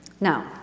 Now